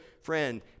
Friend